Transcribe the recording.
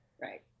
Right